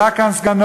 עלה כאן סגנו,